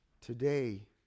today